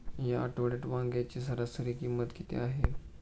या आठवड्यात वांग्याची सरासरी किंमत किती आहे?